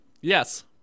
Yes